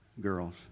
girls